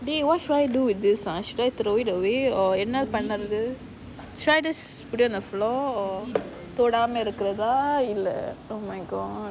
!hey! what should I do with this ah should I throw it away or என்ன பண்றது:enna pandrathu should I just put it on the floor or தொடாமே இருக்குறத இல்ல:thodaamae irukurathae illa oh my god